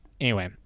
anyway-